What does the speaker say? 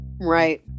Right